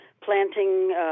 planting